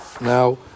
Now